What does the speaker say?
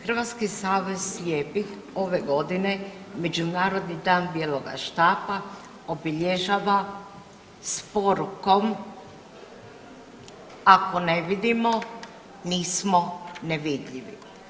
Hrvatski savez slijepih ove godine Međunarodni dan bijeloga štapa obilježava s porukom „ako ne vidimo nismo nevidljivi“